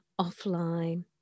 offline